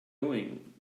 doing